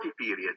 period